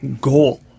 goal